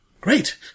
Great